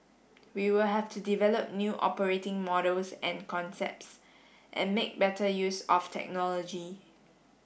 we will have to develop new operating models and concepts and make better use of technology